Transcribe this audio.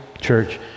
Church